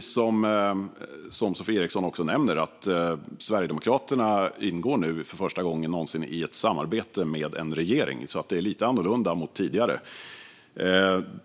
Som Sofie Eriksson nämnde ingår Sverigedemokraterna nu för första gången någonsin i ett samarbete med en regering, så det är lite annorlunda jämfört med tidigare.